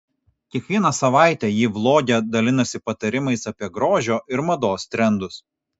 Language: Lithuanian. kiekvieną savaitę ji vloge dalinasi patarimais apie grožio ir mados trendus